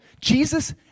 Jesus